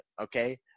Okay